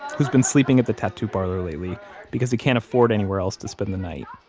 who's been sleeping at the tattoo parlor lately because he can't afford anywhere else to spend the night,